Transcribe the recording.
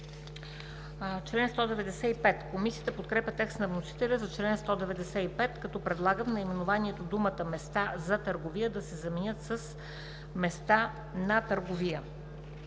СТОЯНОВА: Комисията подкрепя текста на вносителя за чл. 195, като предлага в наименованието думите „места за търговия“ да се заменят с „места на търговия“.